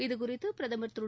இதுகுறித்து பிரதமர் திரு